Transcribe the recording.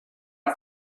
and